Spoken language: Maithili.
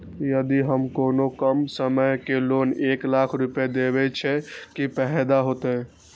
यदि हम कोनो कम समय के लेल एक लाख रुपए देब छै कि फायदा होयत?